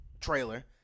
trailer